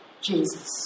Jesus